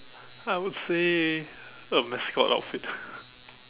I would say a mascot outfit